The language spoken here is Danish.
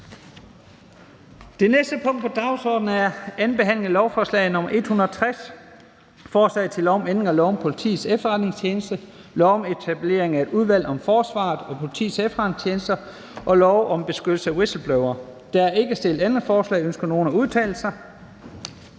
Det næste punkt på dagsordenen er: 31) 2. behandling af lovforslag nr. L 160: Forslag til lov om ændring af lov om Politiets Efterretningstjeneste (PET), lov om etablering af et udvalg om forsvarets og politiets efterretningstjenester og lov om beskyttelse af whistleblowere. (Styrkelse af tilsynet med